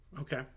Okay